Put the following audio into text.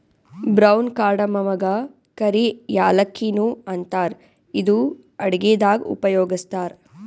brown ಕಾರ್ಡಮಮಗಾ ಕರಿ ಯಾಲಕ್ಕಿ ನು ಅಂತಾರ್ ಇದು ಅಡಗಿದಾಗ್ ಉಪಯೋಗಸ್ತಾರ್